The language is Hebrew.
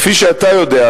"כפי שאתה יודע,